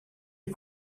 est